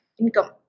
income